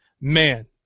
man